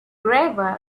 gravel